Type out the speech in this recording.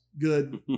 good